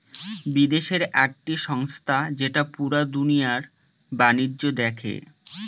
বিদেশের একটি সংস্থা যেটা পুরা দুনিয়ার বাণিজ্য দেখে